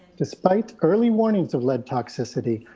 despite early warnings of lead toxicity,